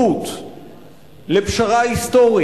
זוכר ומכיר בעל-פה את שורתו של ז'בוטינסקי מ"שיר